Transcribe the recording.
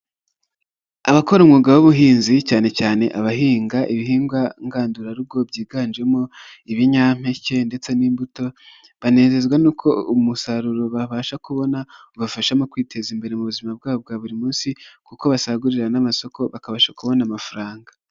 Abakora umwuga w'ubuhinzi cyane cyane abahinga ibihingwa ngandurarugo byiganjemo ibinyampeke ndetse n'imbuto, banezezwa n'uko umusaruro babasha kubona ubafasha mu kwiteza imbere muzima bwabo bwa buri munsi kuko basagurira n'amasoko bakabasha kubona amafaranga.